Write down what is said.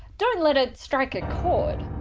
don't let it strike a, chord.